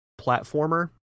platformer